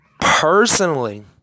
personally